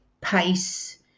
pace